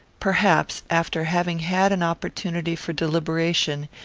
perhaps, after having had an opportunity for deliberation,